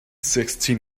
sixty